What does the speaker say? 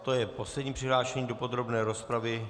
To je poslední přihlášený do podrobné rozpravy.